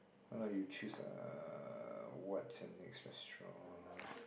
why not you choose uh what's the next restaurant